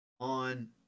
on